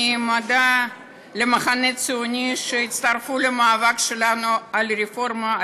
אני מודה למחנה הציוני שהצטרפו למאבק שלנו על רפורמה,